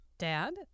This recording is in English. Dad